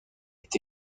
est